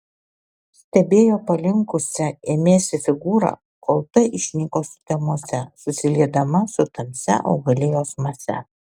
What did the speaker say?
stebėjo palinkusią ėmėsi figūrą kol ta išnyko sutemose susiliedama su tamsia augalijos mase